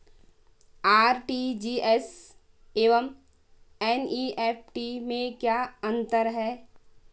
RTGS एवं NEFT में क्या अंतर है?